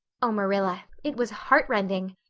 oh, marilla, it was heartrending.